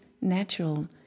natural